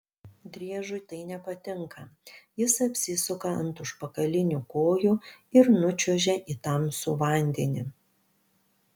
driežui tai nepatinka jis apsisuka ant užpakalinių kojų ir nučiuožia į tamsų vandenį